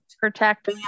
protect